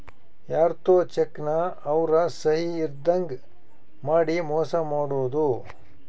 ಯಾರ್ಧೊ ಚೆಕ್ ನ ಅವ್ರ ಸಹಿ ಇದ್ದಂಗ್ ಮಾಡಿ ಮೋಸ ಮಾಡೋದು